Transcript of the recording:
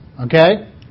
Okay